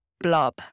Blob